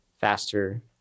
faster